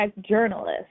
journalist